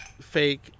fake